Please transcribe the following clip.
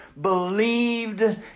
believed